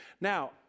Now